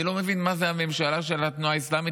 אני לא מבין מה זה "הממשלה של התנועה האסלאמית",